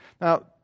Now